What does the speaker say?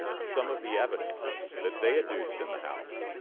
some of the evidence that they adduced in the house,